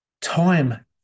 time